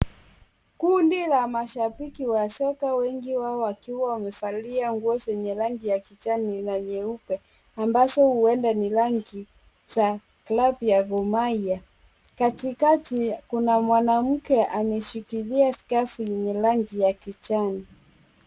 Kundi la mashabiki soka wengi wao wakiwa wamevalia nguo zenye rangi ya kijani na nyeupe ambazo huenda ni rangi za klabu ya Gor Mahia. Katikati kuna mwanamke ameshikilia skafu yenye rangi ya kijani.